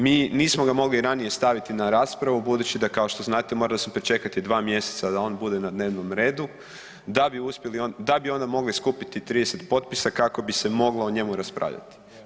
Mi, nismo ga mogli ranije staviti na raspravu budući da, kao što znate, morali smo pričekati 2 mjeseca da on bude na dnevnom redu, da bi onda mogli skupiti 30 potpisa kako bi se moglo o njemu raspravljati.